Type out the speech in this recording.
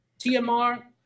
TMR